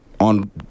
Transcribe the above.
on